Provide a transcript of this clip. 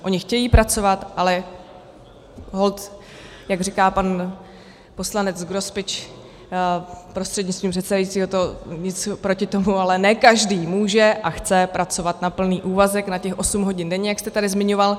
Oni chtějí pracovat, ale holt, jak říká pan poslanec Grospič prostřednictvím předsedajícího, tak nic proti tomu, ale ne každý může a chce pracovat na plný úvazek, na těch osm hodin denně, jak jste tady zmiňoval.